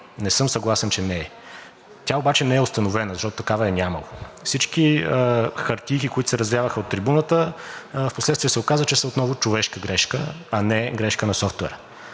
Не съм съгласен, че не е. Тя обаче не е установена, защото такава е нямало. Всички хартийки, които се развяваха от трибуната, впоследствие се оказа, че са отново човешка грешка, а не грешка на софтуера.